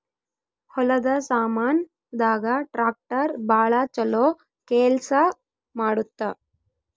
ಹೊಲದ ಸಾಮಾನ್ ದಾಗ ಟ್ರಾಕ್ಟರ್ ಬಾಳ ಚೊಲೊ ಕೇಲ್ಸ ಮಾಡುತ್ತ